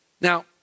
Now